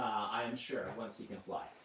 i am sure, once he can fly.